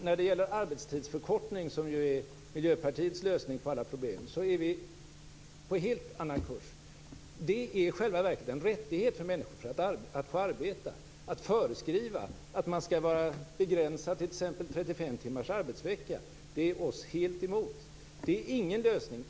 När det gäller arbetstidsförkortning, som är Miljöpartiets lösning på alla problem, är vi på helt annan kurs. Det är i själva verket en rättighet för människor att få arbeta. Att föreskriva att man skall vara begränsad till exempelvis 35 timmars arbetsvecka är oss helt emot. Det är ingen lösning.